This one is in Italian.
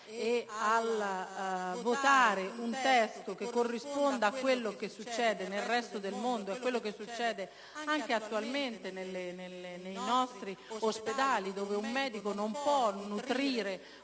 e a votare un testo che corrisponda a quello che succede nel resto del mondo e anche attualmente nei nostri ospedali, dove un medico non può nutrire